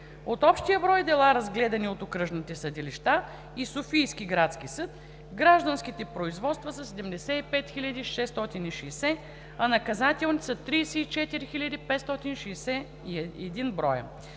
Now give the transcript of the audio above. От общия брой дела, разгледани от окръжните съдилища и Софийския градски съд, гражданските производства са 75 660, а наказателните са 34 561 броя.